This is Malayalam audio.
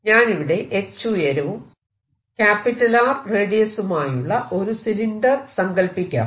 ഞാനിവിടെ h ഉയരവും R റേഡിയസുമായുള്ള ഒരു സിലിണ്ടർ സങ്കല്പിക്കാം